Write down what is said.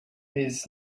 his